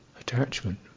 Attachment